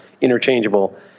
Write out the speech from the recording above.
interchangeable